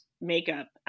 Makeup